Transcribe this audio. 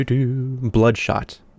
Bloodshot